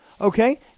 okay